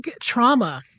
trauma